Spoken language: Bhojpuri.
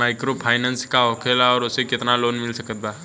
माइक्रोफाइनन्स का होखेला और ओसे केतना लोन मिल सकत बा?